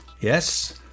Yes